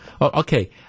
Okay